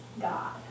God